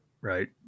right